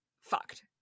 fucked